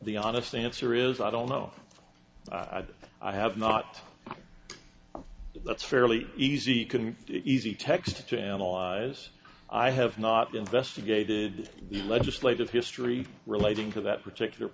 the honest answer is i don't know i have not that's fairly easy can easy text to analyze i have not investigated the legislative history relating to that particular